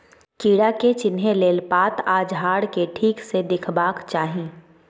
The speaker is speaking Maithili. कीड़ा के चिन्हे लेल पात आ झाड़ केँ ठीक सँ देखबाक चाहीं